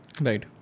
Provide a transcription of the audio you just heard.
Right